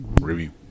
Review